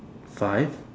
five